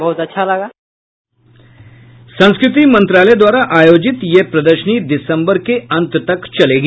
बहुत अच्छा लगा है संस्कृति मंत्रालय द्वारा आयोजित यह प्रदर्शनी दिसम्बर महीने तक चलेगी